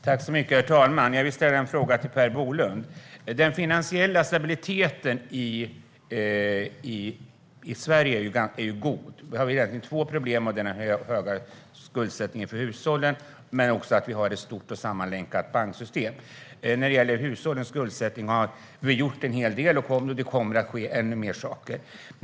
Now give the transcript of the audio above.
Herr talman! Jag vill ställa en fråga till Per Bolund. Den finansiella stabiliteten i Sverige är god. Vi har egentligen två problem: den höga skuldsättningen för hushållen och vårt stora och sammanlänkade banksystem. När det gäller hushållens skuldsättning har vi gjort en hel del, och det kommer att ske ännu mer saker.